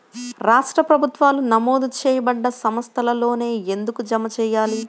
రాష్ట్ర ప్రభుత్వాలు నమోదు చేయబడ్డ సంస్థలలోనే ఎందుకు జమ చెయ్యాలి?